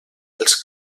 els